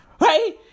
Right